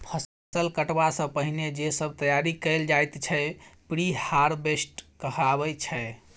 फसल कटबा सँ पहिने जे सब तैयारी कएल जाइत छै प्रिहारवेस्ट कहाबै छै